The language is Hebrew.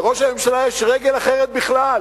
לראש הממשלה יש רגל אחרת בכלל,